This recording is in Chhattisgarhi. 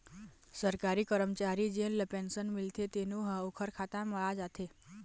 सरकारी करमचारी जेन ल पेंसन मिलथे तेनो ह ओखर खाता म आ जाथे